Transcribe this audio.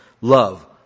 Love